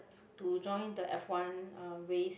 to join the F one uh race